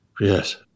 Yes